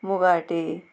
मुगाटी